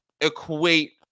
equate